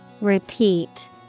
Repeat